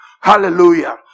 Hallelujah